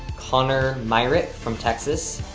connor myrick from texas.